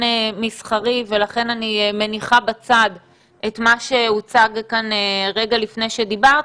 מסחרי ולכן אני מניחה בצד את מה שהוצג כאן רגע לפני שדיברת,